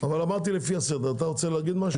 אתה רוצה להגיד משהו?